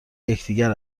یکدیگر